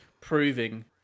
proving